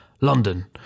London